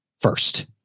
first